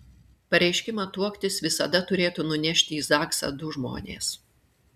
pareiškimą tuoktis visada turėtų nunešti į zaksą du žmonės